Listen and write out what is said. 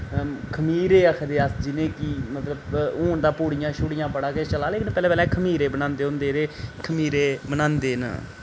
खमीरे आखदे अस जिनेंगी मतलब हून ते पूड़ियां शुड़ियां बड़ा किश चला दा लेकिन पैह्लै पैह्लै खमीरे बनांदे होंदे रे खमीरे बनांदे न